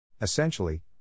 Essentially